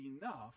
enough